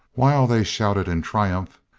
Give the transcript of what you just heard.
while they shouted in triumph,